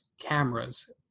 cameras